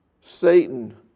Satan